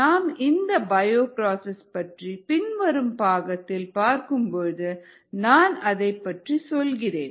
நாம் இந்த பயோப்ராசஸ் பற்றி பின்வரும் பாகத்தில் பார்க்கும் பொழுது நான் அதைப் பற்றி சொல்கிறேன்